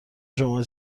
شما